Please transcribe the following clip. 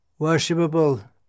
worshipable